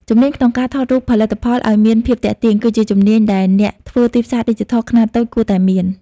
ជំនាញក្នុងការថតរូបផលិតផលឱ្យមានភាពទាក់ទាញ គឺជាជំនាញដែលអ្នកធ្វើទីផ្សារឌីជីថលខ្នាតតូចគួរតែមាន។